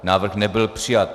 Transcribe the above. Návrh nebyl přijat.